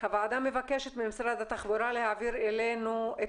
הוועדה מבקשת ממשרד התחבורה להעביר אלינו את